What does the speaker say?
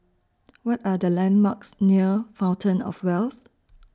What Are The landmarks near Fountain of Wealth